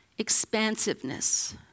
expansiveness